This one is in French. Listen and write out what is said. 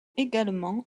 également